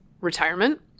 retirement